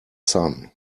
sun